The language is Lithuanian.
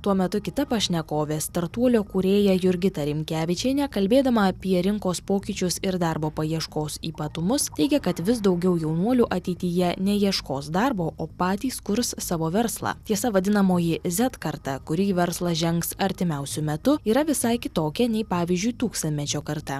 tuo metu kita pašnekovė startuolio kūrėja jurgita rimkevičienė kalbėdama apie rinkos pokyčius ir darbo paieškos ypatumus teigia kad vis daugiau jaunuolių ateityje neieškos darbo o patys kurs savo verslą tiesa vadinamoji z karta kuri į verslą žengs artimiausiu metu yra visai kitokia nei pavyzdžiui tūkstantmečio karta